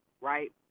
right